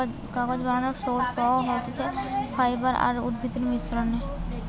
কাগজ বানানোর সোর্স পাওয়া যাতিছে ফাইবার আর উদ্ভিদের মিশ্রনে